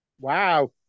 Wow